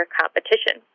competition